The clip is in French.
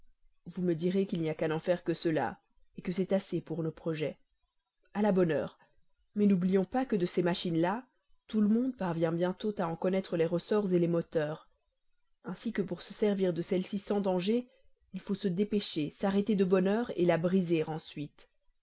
vous me direz qu'il n'y a qu'à n'en faire que cela que c'est assez pour nos projets a la bonne heure mais n'oublions pas que de ces machines là tout le monde parvient bientôt à en connaître les ressorts les moteurs ainsi que pour se servir de celle-ci sans danger il faut se dépêcher s'arrêter de bonne heure la briser ensuite